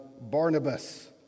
Barnabas